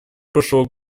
прошлого